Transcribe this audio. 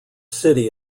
city